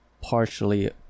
partially